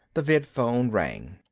the vidphone rang.